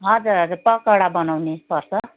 हजुर हजुर पकौडा बनाउने पर्छ